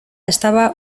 estaba